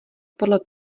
podle